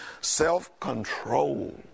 self-control